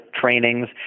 trainings